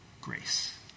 grace